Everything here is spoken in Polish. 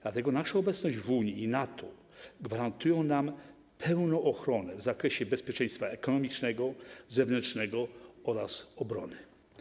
Dlatego nasza obecność w Unii i NATO gwarantuje nam pełną ochronę w zakresie bezpieczeństwa ekonomicznego, zewnętrznego oraz obrony.